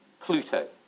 Pluto